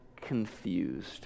confused